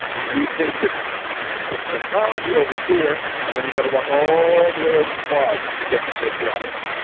we think that we should put psychology over here and then you gotta walk all the way over the quad to get to sociology.